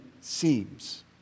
seems